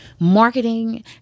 Marketing